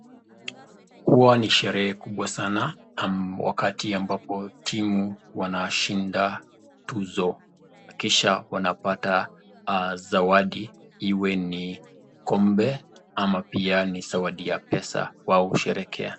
Huwa ni sherehe kubwa sana wakati ambapo timu wanashinda tuzo kisha wanapata zawadi iwe ni kombe ama pia ni zawadi ya pesa wao husherekea.